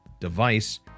device